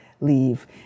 leave